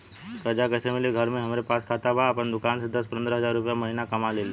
कर्जा कैसे मिली घर में हमरे पास खाता बा आपन दुकानसे दस पंद्रह हज़ार रुपया महीना कमा लीला?